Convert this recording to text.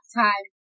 time